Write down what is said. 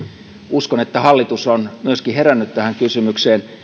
uskon että myöskin hallitus on herännyt tähän kysymykseen